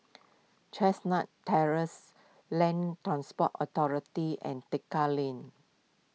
Chestnut Terrace Land Transport Authority and Tekka Lane